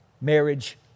marriage